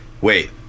wait